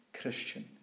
Christian